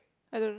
I don't know